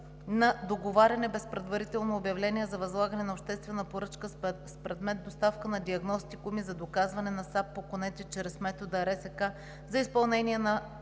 на договаряне без предварително обявление за възлагане на обществена поръчка с предмет „Доставка на диагностикуми за доказване на сап по конете чрез метода РСК за изпълнение